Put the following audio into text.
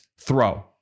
throw